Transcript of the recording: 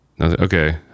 Okay